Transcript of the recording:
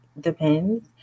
depends